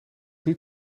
niet